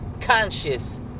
conscious